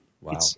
Wow